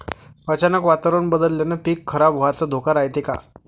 अचानक वातावरण बदलल्यानं पीक खराब व्हाचा धोका रायते का?